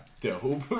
dope